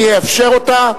אני אאפשר אותה,